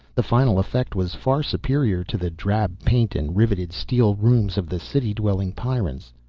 the final effect was far superior to the drab paint and riveted steel rooms of the city-dwelling pyrrans.